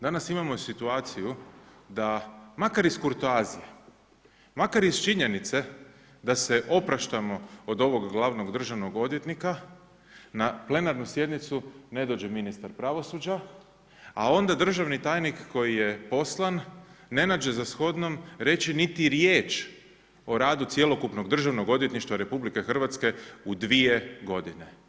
Danas imamo situaciju da makar iz kurtoazije, makar iz činjenice da se opraštamo od ovog glavnog državnog odvjetnika na plenarnu sjednicu ne dođe ministar pravosuđa, a onda državni tajnik koji je poslan, ne nađe za shodno reći niti riječ o radu cjelokupnog državnog odvjetništva RH u dvije godine.